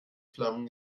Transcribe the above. flammen